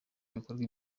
bikorwa